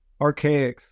Archaics